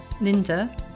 linda